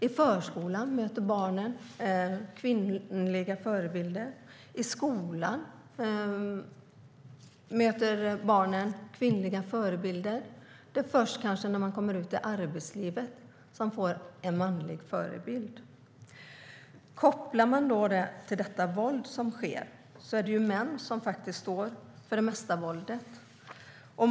I förskolan möter barnen kvinnliga förebilder, och i skolan möter barnen kvinnliga förebilder. Det är kanske först när de kommer ut i arbetslivet som de får en manlig förebild. Kopplar man detta till det våld som sker ser vi att det faktiskt är män som står för det mesta av våldet.